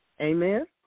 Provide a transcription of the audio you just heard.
Amen